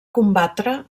combatre